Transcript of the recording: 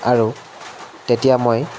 আৰু তেতিয়া মই